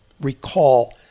recall